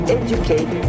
educate